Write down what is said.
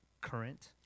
current